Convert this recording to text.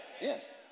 Yes